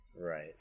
right